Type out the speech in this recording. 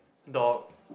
dog